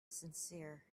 sincere